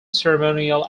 ceremonial